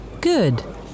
Good